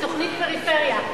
תוכנית פריפריה.